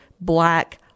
black